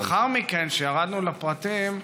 לאחר מכן, כשירדנו לפרטים,